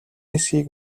хэсгийг